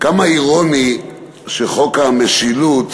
כמה אירוני שחוק המשילות